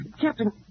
Captain